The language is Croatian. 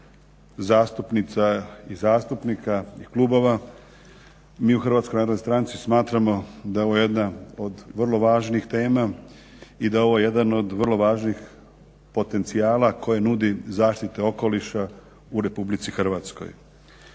zastupnica i zastupnika i klubova. Mi u HNS-u smatramo da je ovo jedna od vrlo važnih tema i da je ovo jedan od vrlo važnih potencijala koje nudi zaštita okoliša u RH. Ono što